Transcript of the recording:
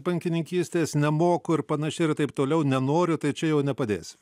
bankininkystės nemoku ir panašiai ir taip toliau nenoriu tai čia jau nepadės